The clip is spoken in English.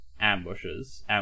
ambushes